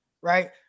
right